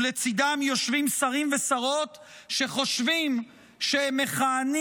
ולצידם יושבים שרים ושרות שחושבים שהם מכהנים